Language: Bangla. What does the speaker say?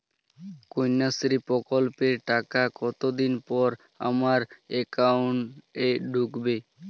কন্যাশ্রী প্রকল্পের টাকা কতদিন পর আমার অ্যাকাউন্ট এ ঢুকবে?